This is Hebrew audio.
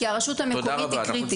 כי הרשות המקומית היא קריטית.